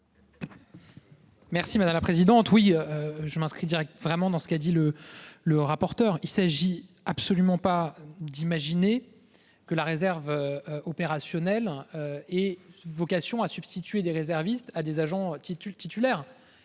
Merci madame la présidente. Oui, je m'inscris Direct vraiment dans ce qu'a dit le le rapporteur. Il s'agit absolument pas d'imaginer que la réserve. Opérationnelle. Et vocation à substituer des réservistes à des agents titulaires